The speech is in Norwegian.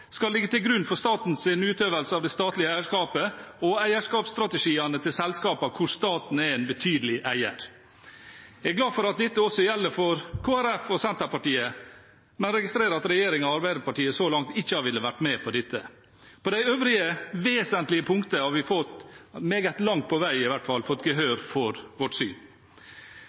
skal ligge til grunn for statens utøvelse av det statlige eierskapet og eierskapsstrategiene til selskapene der staten er en betydelig eier. Jeg er glad for at dette også gjelder for Kristelig Folkeparti og Senterpartiet, men registrerer at regjeringen og Arbeiderpartiet så langt ikke har villet være med på dette. På de øvrige vesentlige punktene har vi fått – meget langt på vei, i hvert fall – gehør